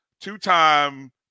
two-time